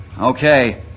Okay